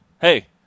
Hey